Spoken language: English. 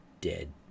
dead